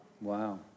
Wow